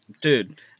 dude